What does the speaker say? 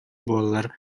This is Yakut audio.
буоллар